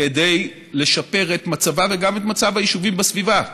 כדי לשפר את מצבה וגם את מצב היישובים בסביבה,